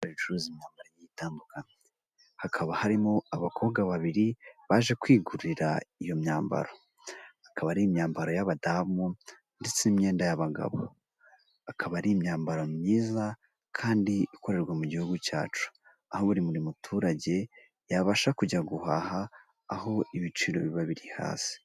Iduka ricuruza imyambaro igiye itandukanye, hakaba harimo abakobwa babiri baje kwigurira iyo myambaro akaba ari imyambaro y'abadamu ndetse n'imyenda y'abagabo, akaba ari imyambaro myiza kandi ikorerwa mu gihugu cyacu aho buri muturage yabasha kujya guhaha aho ibiciro biba biri hasi.